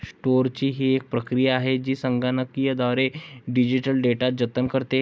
storage ही एक प्रक्रिया आहे जी संगणकीयद्वारे डिजिटल डेटा जतन करते